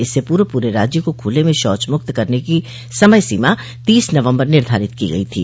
इससे पूर्व पूरे राज्य को खुले में शौच मुक्त करने की समय सीमा तीस नवम्बर निर्धारित की गई थी